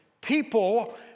people